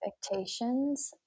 expectations